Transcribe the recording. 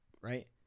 right